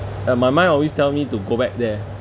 uh my mind always tell me to go back there